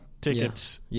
tickets